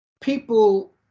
People